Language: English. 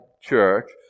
church